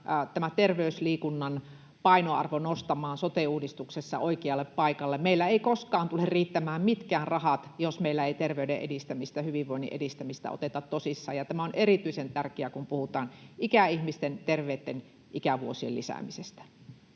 tämän terveysliikunnan painoarvo nostamaan sote-uudistuksessa oikealle paikalle. Meillä ei koskaan tule riittämään mitkään rahat, jos meillä ei terveyden edistämistä, hyvinvoinnin edistämistä oteta tosissaan. Ja tämä on erityisen tärkeää, kun puhutaan ikäihmisten terveitten ikävuosien lisäämisestä.